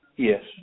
Yes